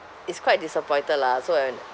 it's quite disappointed lah so and